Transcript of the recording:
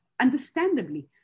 understandably